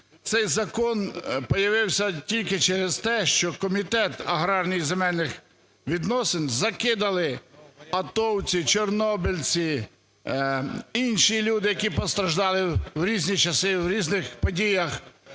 Цей закон появився тільки через те, що комітет аграрних і земельних відносин закидали атовці, чорнобильці і інші люди, які постраждали в різні часи в різних подіях,